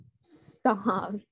stop